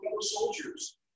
soldiers